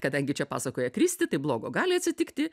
kadangi čia pasakoja kristi tai blogo gali atsitikti